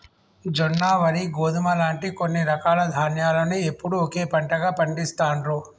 జొన్న, వరి, గోధుమ లాంటి కొన్ని రకాల ధాన్యాలను ఎప్పుడూ ఒకే పంటగా పండిస్తాండ్రు